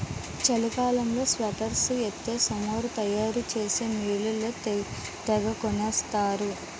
చలికాలంలో ఫేక్సీడ్స్ ఎత్తే సమురు తయారు చేసే మిల్లోళ్ళు తెగకొనేత్తరు